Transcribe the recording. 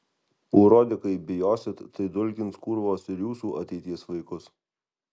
urodikai bijosit tai dulkins kurvos ir jūsų ateities vaikus